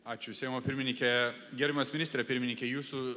ačiū seimo pirmininke gerbiamas ministre pirmininke jūsų